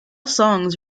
songs